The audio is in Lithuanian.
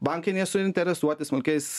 bankai nesuinteresuoti smulkiais